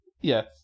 yes